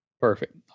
Perfect